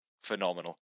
phenomenal